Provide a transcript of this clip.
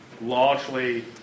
largely